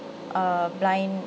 uh blind